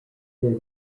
their